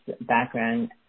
background